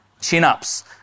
Chin-ups